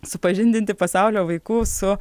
supažindinti pasaulio vaikų su